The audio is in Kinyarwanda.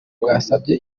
bwasabye